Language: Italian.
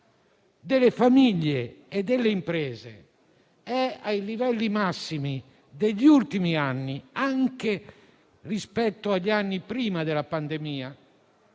delle famiglie e delle imprese è ai livelli massimi degli ultimi anni, anche rispetto agli anni precedenti alla pandemia,